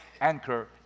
anchor